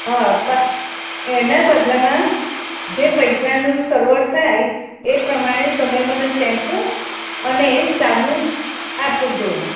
હાં પણ એના બદલામાં જે પૈસાનું સર્વર થાય એ પ્રમાણે તમે મને શેમ્પૂ અને સાબુ આપજો